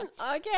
Okay